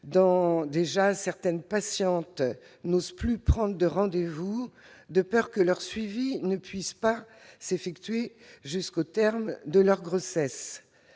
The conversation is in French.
et déjà, certaines patientes n'osent plus prendre de rendez-vous, de peur que leur suivi ne puisse pas être effectué jusqu'au terme de leur grossesse.